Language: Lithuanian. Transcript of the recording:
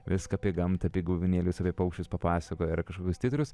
viską apie gamtą apie gyvūnėlius apie paukščius papasakoja ir kažkokius titrus